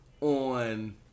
on